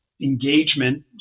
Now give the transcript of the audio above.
engagement